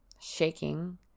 shaking